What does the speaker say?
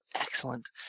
Excellent